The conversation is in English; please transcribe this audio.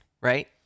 right